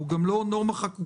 הוא גם לא נורמה חקוקה,